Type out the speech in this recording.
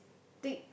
tick